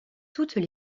toutes